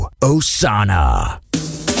Osana